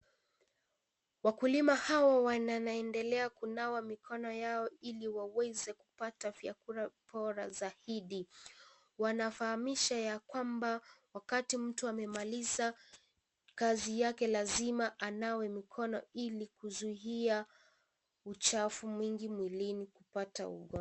Wakulima hawa wanaendelea kunawa mikono yao Ili waweze kupata vyakula bora zaidi. Wanafahamisha ya kwamba wakati mtu amemaliza kazi yake lazima anawe mikono Ili kuzuia uchafu mwingi mwilini kupata ugonjwa.